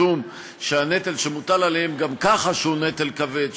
משום שהנטל שמוטל עליהם גם ככה הוא נטל כבד,